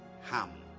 Ham